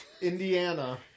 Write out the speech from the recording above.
Indiana